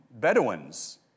Bedouins